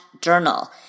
journal